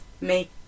make